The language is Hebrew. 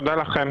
תודה לכם.